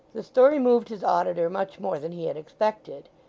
the story moved his auditor much more than he had expected.